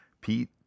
Pete